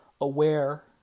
aware